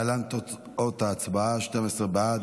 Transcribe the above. להלן תוצאות ההצבעה: 12 בעד,